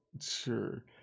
sure